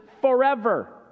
forever